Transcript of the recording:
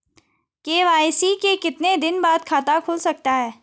KYC के कितने दिन बाद खाता खुल सकता है?